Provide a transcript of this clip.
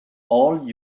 all